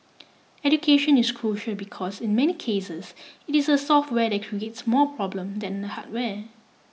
education is crucial because in many cases it is the software that creates more problems than the hardware